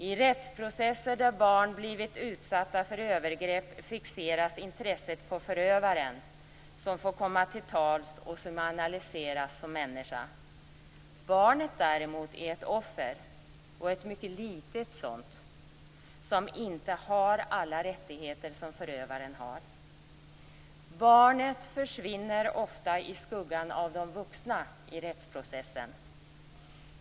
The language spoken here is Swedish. I rättsprocesser som gäller fall där barn har blivit utsatta för övergrepp fixeras intresset på förövaren som får komma till tals och som analyseras som människa. Barnet, däremot, är ett offer, och ett mycket litet sådant, som inte har alla rättigheter som förövaren har. Barnet försvinner ofta i skuggan av de vuxna i rättsprocessen.